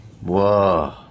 Whoa